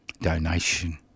donation